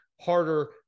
harder